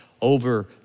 over